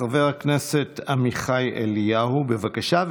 חבר הכנסת עמיחי אליהו, בבקשה.